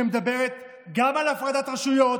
שמדברת גם על הפרדת רשויות,